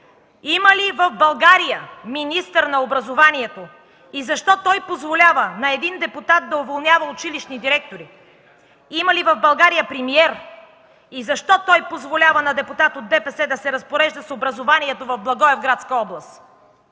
Има ли в България министър на образованието и защо той позволява на един депутат да уволнява училищни директори? Има ли в България премиер и защо той позволява на депутат от ДПС да се разпорежда с образованието в Благоевградска област?